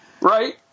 Right